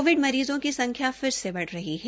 Covid मरीजों की संख्या फिर से बढ़ रही है